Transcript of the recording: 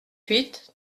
huit